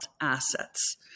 assets